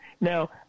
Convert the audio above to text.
Now